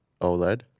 oled